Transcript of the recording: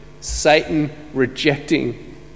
Satan-rejecting